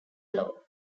law